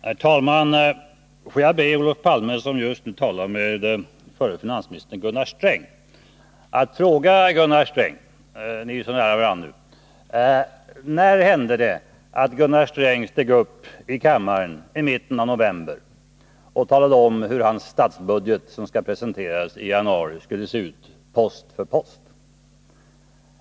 Herr talman! Får jag be Olof Palme, som just nu talar med förre finansministern Gunnar Sträng, att fråga Gunnar Sträng: När hände det att Gunnar Sträng steg upp i kammaren i mitten av november och talade om hur hans statsbudget, som skulle presenteras i januari, skulle se ut post för post?